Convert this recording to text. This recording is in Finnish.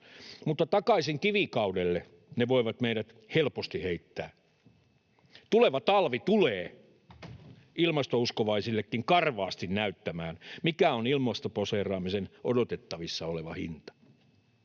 mutta takaisin kivikaudelle ne voivat meidät helposti heittää. Tuleva talvi tulee ilmastouskovaisillekin karvaasti näyttämään, mikä on ilmastoposeeraamisen odotettavissa oleva hinta.